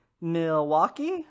milwaukee